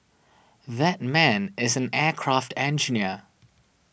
that man is an aircraft engineer